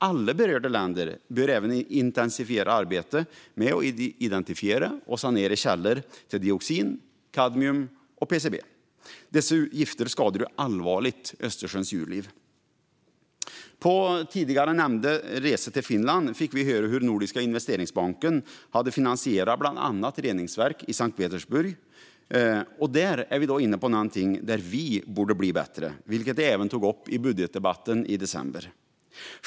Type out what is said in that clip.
Alla berörda länder bör även intensifiera arbetet med att identifiera och sanera källor till dioxin, kadmium och PCB. Dessa gifter skadar allvarligt Östersjöns djurliv. På tidigare nämnda resa till Finland fick vi höra hur Nordiska investeringsbanken hade finansierat bland annat reningsverk i Sankt Petersburg. Då är vi inne på någonting som vi borde bli bättre på, vilket jag även tog upp i budgetdebatten i december.